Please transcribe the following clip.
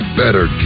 better